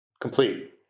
complete